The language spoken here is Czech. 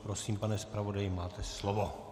Prosím, pane zpravodaji, máte slovo.